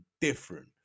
different